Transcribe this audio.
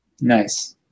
nice